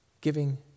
giving